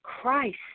Christ